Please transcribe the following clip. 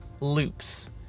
loops